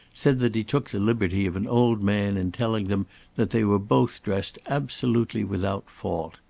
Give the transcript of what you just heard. said that he took the liberty of an old man in telling them that they were both dressed absolutely without fault.